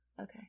Okay